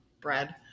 bread